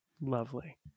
lovely